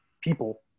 people